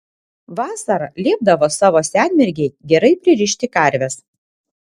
vasarą liepdavo savo senmergei gerai pririšti karves